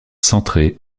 centrée